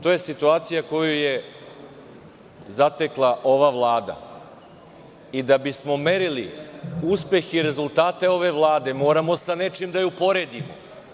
To je situacija koju je zatekla ova Vlada i da bismo merili uspehe i rezultata ove Vlade moramo sa nečim da je uporedimo.